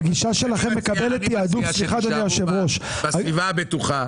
והגישה שלכם מקבלת תיעדוף --- אני מציע שתישארו סביבה הבטוחה.